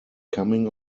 coming